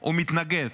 הוא מתנגד.